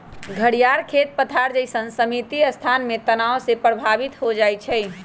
घरियार खेत पथार जइसन्न सीमित स्थान में तनाव से प्रभावित हो जाइ छइ